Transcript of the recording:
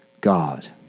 God